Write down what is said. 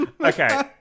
Okay